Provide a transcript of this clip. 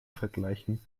vergleichen